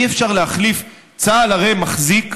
אי-אפשר להחליף: צה"ל הרי מחזיק,